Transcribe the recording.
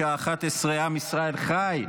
בשעה 11:00. עם ישראל חי.